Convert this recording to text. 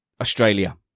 Australia